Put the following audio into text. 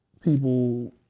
people